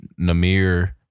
Namir